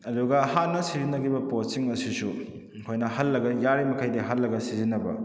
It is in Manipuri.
ꯑꯗꯨꯒ ꯍꯥꯟꯅ ꯁꯤꯖꯤꯟꯅꯈꯤꯕ ꯄꯣꯠꯁꯤꯡ ꯑꯁꯤꯁꯨ ꯑꯩꯈꯣꯏꯅ ꯍꯜꯂꯒ ꯌꯥꯔꯤ ꯃꯈꯩꯗꯤ ꯍꯜꯂꯒ ꯁꯤꯖꯤꯟꯅꯕ